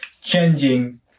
changing